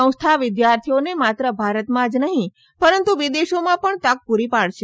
સંસ્થા વિદ્યાર્થીઓને માત્ર ભારતમાં જ નહીં પરંતુ વિદેશોમાં પણ તક પૂરી પાડશે